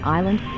Island